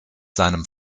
seinem